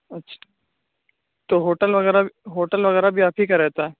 اچھا تو ہوٹل وغیرہ ہوٹل وغیرہ بھی آپ ہی کا رہتا ہے